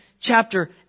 chapter